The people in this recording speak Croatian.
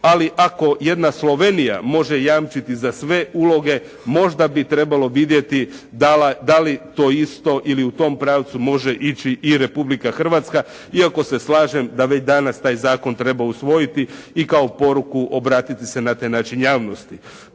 ali ako jedna Slovenija može jamčiti za sve uloge možda bi trebalo vidjeti da li to isto ili u tom pravcu može ići i Republika Hrvatska iako se slažem da već danas taj zakon treba usvojiti i kao poruku obratiti se na taj način javnosti.